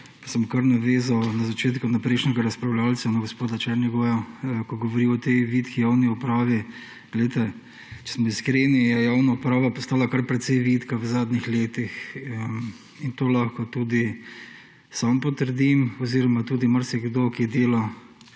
bom kar navezal na začetku na prejšnjega razpravljavca, na gospoda Černigoja, ko govori o vitki javni upravi. Glejte, če smo iskreni, je javna uprava postala kar precej vitka v zadnjih letih. To lahko tudi sam potrdim oziroma tudi marsikdo, ki dela